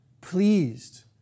pleased